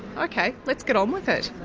ok, let's get on with it.